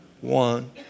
one